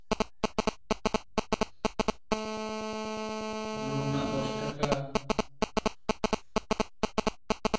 ᱵᱩᱞᱩᱝ ᱨᱮᱱᱟᱜ ᱫᱚᱥ ᱴᱟᱠᱟ